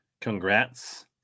Congrats